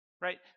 Right